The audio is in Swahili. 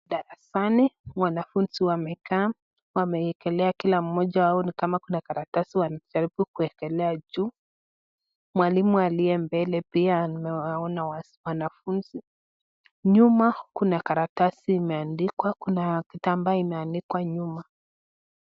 Darasani wanafunzi wamekaa wakiwa wameekelea kila mmoja wao ako na karatasi anajaribu kuekelea juu , mwalimu aliye mbele pia anawaona wanafunzi, nyuma kuna kitabu imeadikwa kuna kitambaa imeadikwa nyuma.